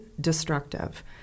destructive